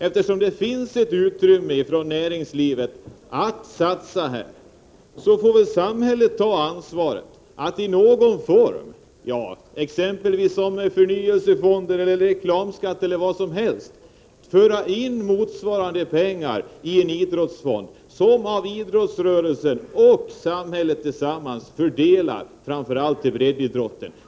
Eftersom näringslivet har utrymme för att satsa pengar på idrotten, får väl samhället ta ansvaret att i någon form — som förnyelsefonder, reklamskatt eller vad som helst — föra in motsvarande pengar i en idrottsfond, vars medel idrottsrörelsen och samhället tillsammans fördelar, framför allt till breddidrotten.